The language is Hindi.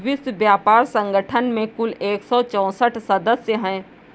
विश्व व्यापार संगठन में कुल एक सौ चौसठ सदस्य हैं